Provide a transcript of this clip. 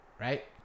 right